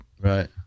Right